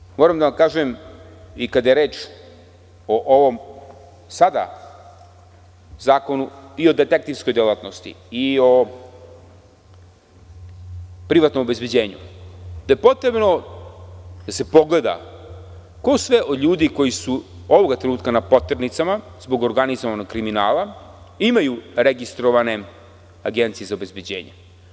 Na kraju, moram da vam kažem, i kada je reč o ovom sada zakonu i o detektivskoj delatnosti i o privatnom obezbeđenju, potrebno je da se pogleda ko sve od ljudi koji su ovog trenutka na poternicama, zbog organizovanog kriminala, imaju registrovane agencije za obezbeđenje.